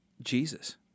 Jesus